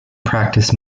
practice